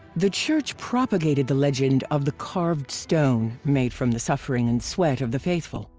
the church propagated the legend of the carved stone made from the suffering and sweat of the faithful.